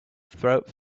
throat